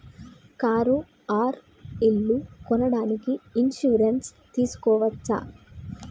Car or ఇల్లు కొనడానికి insurance తీస్కోవచ్చా?